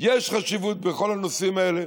יש חשיבות בכל הנושאים האלה,